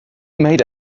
made